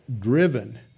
driven